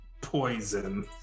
poison